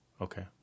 Okay